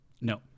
No